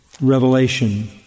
revelation